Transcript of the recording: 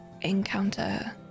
encounter